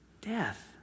death